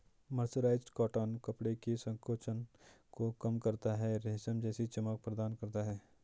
mercerised cotton कपड़े के संकोचन को कम करता है, रेशम जैसी चमक प्रदान करता है